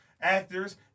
actors